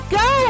go